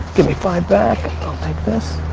give me five back, i'll take this.